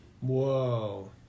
Whoa